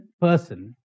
person